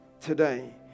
today